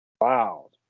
Wow